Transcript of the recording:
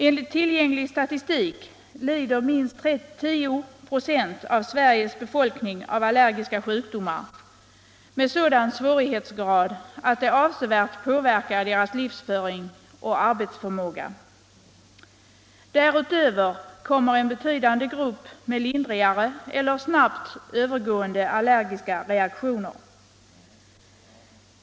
Enligt tillgänglig statistik lider minst 10 96 av Sveriges befolkning av allergiska sjukdomar med sådan svårighetsgrad att det avsevärt påverkar deras livsföring och arbetsförmåga. Därutöver kommer en betydande grupp med lindrigare eller snabbt övergående allergiska reaktioner.